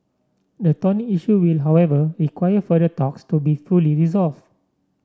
the thorny issue will however require further talks to be fully resolve